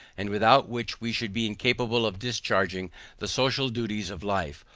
and without which, we should be incapable of discharging the social duties of life,